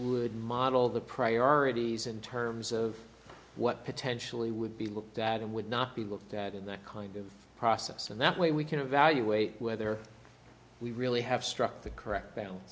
would model the priorities in terms of what potentially would be looked at and would not be looked at in that kind of process and that way we can evaluate whether we really have struck the correct